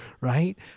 right